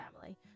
family